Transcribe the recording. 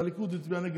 הליכוד הצביע נגד,